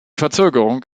verzögerung